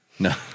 No